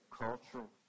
cultural